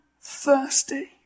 thirsty